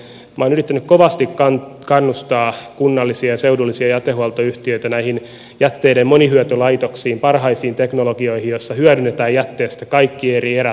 minä olen yrittänyt kovasti kannustaa kunnallisia ja seudullisia jätehuoltoyhtiöitä näihin jätteiden monihyötylaitoksiin parhaisiin teknologioihin joissa hyödynnetään jätteestä kaikki eri erät